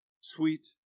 Sweet